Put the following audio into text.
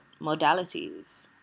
modalities